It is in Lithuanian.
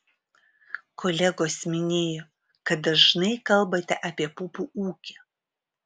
kolegos minėjo kad dažnai kalbate apie pupų ūkį